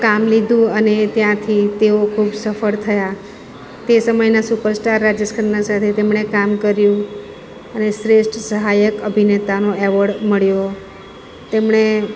કામ લીધું અને ત્યાંથી તેઓ ખૂબ સફળ થયા તે સમયના સુપરસ્ટાર રાજેશ ખન્ના સાથે તેમણે કામ કર્યું અને શ્રેષ્ઠ સહાયક અભિનેતાનો એવોડ મળ્યો તેમણે